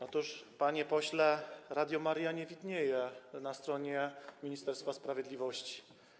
Otóż, panie pośle, Radio Maryja nie widnieje na stronie Ministerstwa Sprawiedliwości.